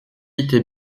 était